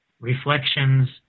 reflections